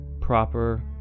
proper